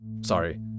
Sorry